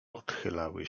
odchylały